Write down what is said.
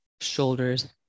shoulders